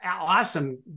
awesome